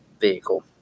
vehicle